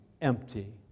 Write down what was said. empty